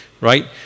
right